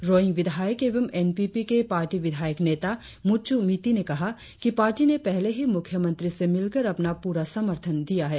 रोईंग विधायक एवं N P P के पार्टी विधायक नेता मुतचु मिथी ने कहा कि पार्टी ने पहले ही मुख्य मंत्री से मिलकर अपना पूरा समर्थन दिया है